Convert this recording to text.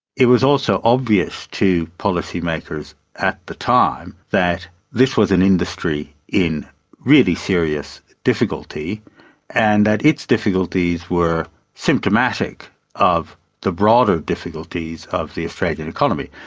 it was also obvious to policymakers at the time that this was an industry in really serious difficulty and that its difficulties were symptomatic of the broader difficulties of the australian economy.